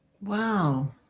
Wow